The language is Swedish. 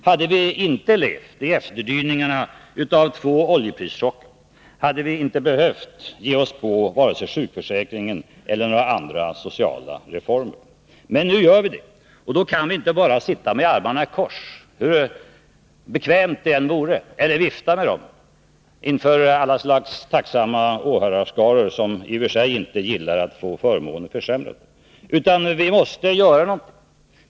Hade vi inte levt i efterdyningarna av två oljeprischocker, hade vi inte behövt ge oss på vare sig sjukförsäkringen eller några andra sociala reformer. Men nu gör vi det, och då kan vi inte bara sitta med armarna i kors — hur bekvämt det än vore — eller vifta med dem inför alla slags tacksamma åhörarskaror som i och för sig inte gillar att få förmåner försämrade, utan vi måste göra någonting.